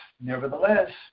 nevertheless